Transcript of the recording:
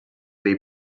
they